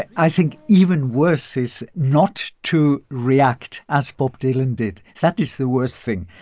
i think even worse is not to react as bob dylan did. that is the worst thing.